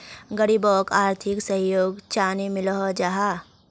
गरीबोक आर्थिक सहयोग चानी मिलोहो जाहा?